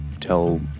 tell